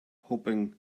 hoping